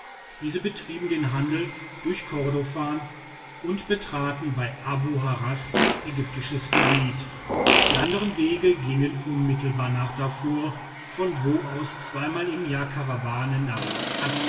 diese betrieben den handel durch kordofan und betraten bei abu harras ägyptisches gebiet die andern wege gingen unmittelbar nach darfur von wo aus zweimal im jahr karawanen nach